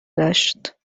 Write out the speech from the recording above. داشت